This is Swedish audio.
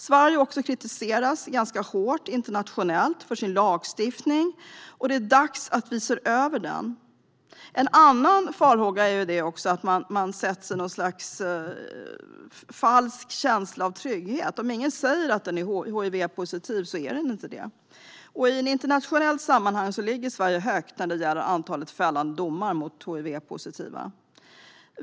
Sverige kritiseras också ganska hårt internationellt för sin lagstiftning, och det är dags att vi ser över den. En annan farhåga är att man försätts i en falsk känsla av trygghet: Om ingen säger att den är hivpositiv så är ingen det. I ett internationellt sammanhang ligger Sverige högt när det gäller antalet fällande domar mot hivpositiva.